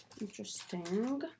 Interesting